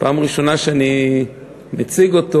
זאת פעם ראשונה שאני מציג אותו,